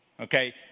Okay